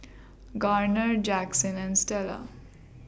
Garner Jackson and Stella